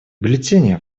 бюллетени